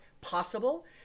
possible